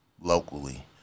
locally